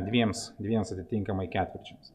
dviems dviems atitinkamai ketvirčiams